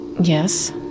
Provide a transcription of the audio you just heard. Yes